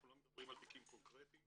אנחנו לא מדברים על תיקים קונקרטיים,